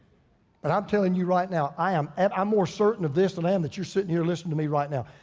but i'm telling you right now i am. i'm more certain of this than i am that you're sitting here listening to me right now.